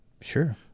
Sure